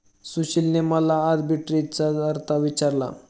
सुशीलने मला आर्बिट्रेजचा अर्थ विचारला